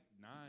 nine